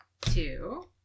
two